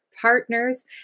partners